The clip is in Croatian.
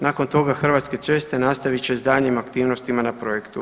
Nakon toga Hrvatske ceste nastavit će i s daljnjim aktivnostima na projektu.